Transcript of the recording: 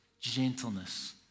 gentleness